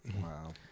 wow